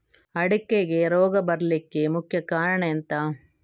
ಅಡಿಕೆಗೆ ರೋಗ ಬರ್ಲಿಕ್ಕೆ ಮುಖ್ಯ ಕಾರಣ ಎಂಥ?